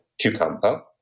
cucumber